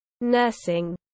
Nursing